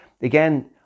again